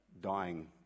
dying